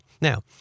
Now